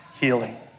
healing